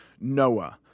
Noah